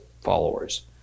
followers